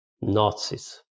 Nazis